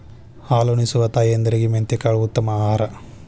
ಹಾಲುನಿಸುವ ತಾಯಂದಿರಿಗೆ ಮೆಂತೆಕಾಳು ಉತ್ತಮ ಆಹಾರ